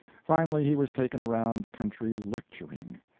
finally, he was taken around the country lecturing,